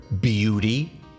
beauty